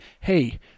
Hey